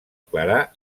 clarà